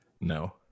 No